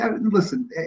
listen